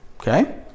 Okay